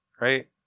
right